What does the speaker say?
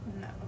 no